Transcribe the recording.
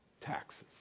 Taxes